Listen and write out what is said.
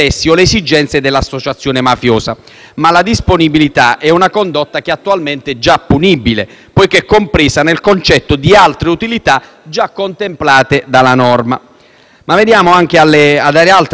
Ma la disponibilità è una condotta che attualmente è già punibile, poiché è compresa nel concetto di «altre utilità», già contemplate dalla norma. Ma veniamo alle altre novità sulla fattispecie, che - a nostro avviso - sono